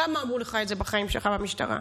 כמה אמרו לך את זה בחיים שלך במשטרה?